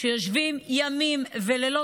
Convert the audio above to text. שיושבים ימים ולילות,